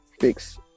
fix